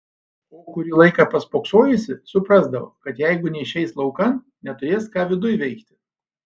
o kurį laiką paspoksojusi suprasdavo kad jeigu neišeis laukan neturės ką viduj veikti